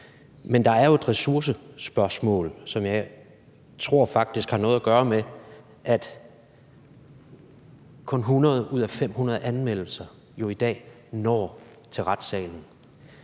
Men der er jo et ressourcespørgsmål, som jeg faktisk tror har noget at gøre med, at kun 100 ud af 500 anmeldelser i dag når til retssalene.